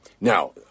now